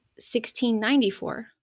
1694